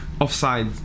offside